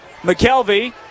McKelvey